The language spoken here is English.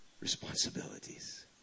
responsibilities